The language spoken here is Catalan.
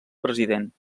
president